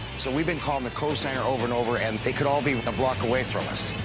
so we've been calling the cosigner over and over, and they could all be a block away from us.